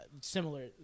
similar